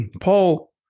Paul